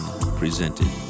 presented